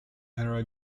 era